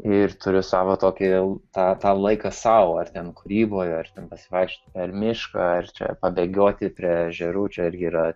ir turiu savą tokį tą tą laiką sau ar ten kūryboje ar ten vaikščioti per mišką ar čia pabėgioti prie ežerų čia irgi yra